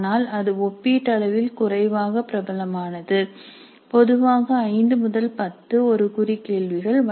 ஆனால் அது ஒப்பீட்டளவில் குறைவாக பிரபலமானது பொதுவாக 5 முதல் 10 ஒரு குறி கேள்விகள்